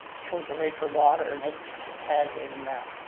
shows a rate for water and it had in